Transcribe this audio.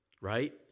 right